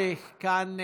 כאן,